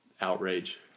outrage